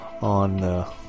on